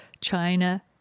China